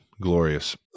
glorious